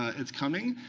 ah it's coming.